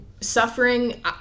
suffering